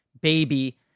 baby